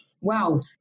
wow